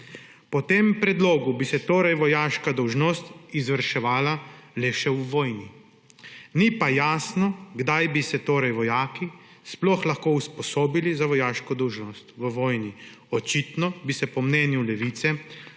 Po tem predlogu bi se torej vojaška dolžnost izvrševala le še v vojni, ni pa jasno, kdaj bi se torej vojaki sploh lahko usposobili za vojaško dolžnost v vojni. Očitno bi se po mnenju Levice